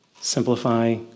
simplify